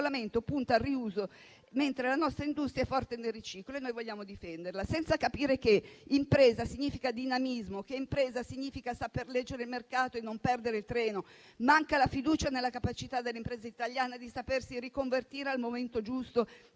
quel regolamento punta al riuso, mentre la nostra industria è forte nel riciclo e noi vogliamo difenderla, senza capire che impresa significa dinamismo, che impresa significa saper leggere il mercato e non perdere il treno. Manca la fiducia nella capacità delle imprese italiane di sapersi riconvertire al momento giusto,